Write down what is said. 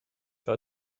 för